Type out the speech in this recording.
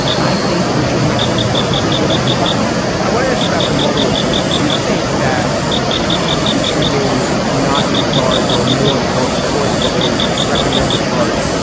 i think richard nixon probably would have survived i want to ask you about the mueller report. do you think that he is and choosing not to charge or more for forcefully recommend the charge?